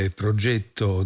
progetto